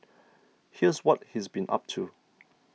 here's what he's been up to